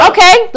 Okay